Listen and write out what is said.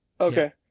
Okay